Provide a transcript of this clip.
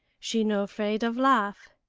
she no fraid of laugh.